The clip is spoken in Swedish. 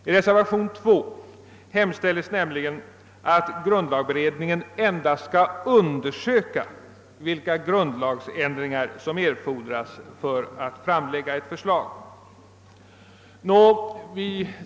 I reservation 2 hemställs nämligen att grundlagberedningen endast skall undersöka vilka grundlagsändringar som erfordras för att ett förslag skall kunna framläggas.